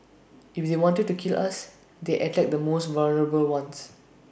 if they wanted to kill us they attack the most vulnerable ones